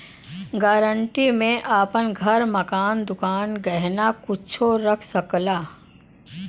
guarantee में आपन घर, मकान, दुकान, गहना कुच्छो रख सकला